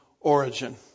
origin